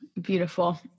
Beautiful